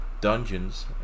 Dungeons &